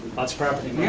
that's property. yeah.